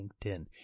LinkedIn